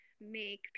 make